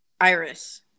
Iris